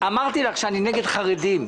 אמרתי לך שאני נגד חרדים.